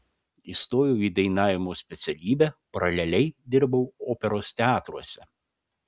įstojau į dainavimo specialybę paraleliai dirbau operos teatruose